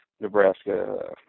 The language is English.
Nebraska